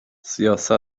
سیاست